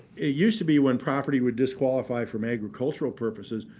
it used to be, when property would disqualify from agricultural purposes,